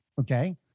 Okay